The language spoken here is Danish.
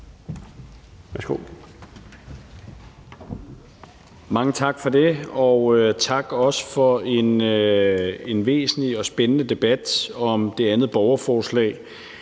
Mange tak for det, og tak også for en væsentlig og spændende debat om det andet borgerforslag.